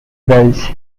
bells